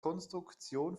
konstruktion